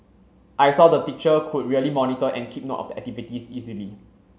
I saw the teacher could really monitor and keep note of the activities easily